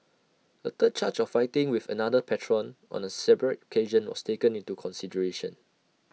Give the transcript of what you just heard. A third charge of fighting with another patron on A separate occasion was taken into consideration